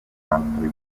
altre